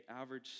average